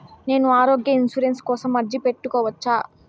నేను ఆరోగ్య ఇన్సూరెన్సు కోసం అర్జీ పెట్టుకోవచ్చా?